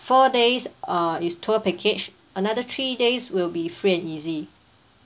four days err is tour package another three days will be free and easy